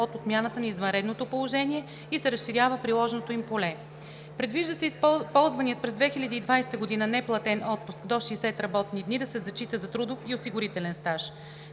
от отмяната на извънредното положение и се разширява приложното им поле. Предвижда се ползваният през 2020 г. неплатен отпуск до 60 работни дни да се зачита за трудов и осигурителен стаж.